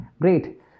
great